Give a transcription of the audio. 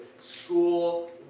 School